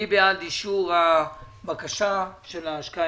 מי בעד אישור בקשת ההשקעה?